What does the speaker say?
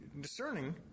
discerning